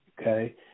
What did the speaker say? okay